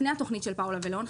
לפני התוכנית של פאולה ולאון,